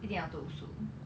一定要读书